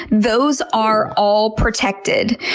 those are all protected.